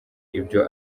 ibyo